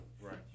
Right